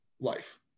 life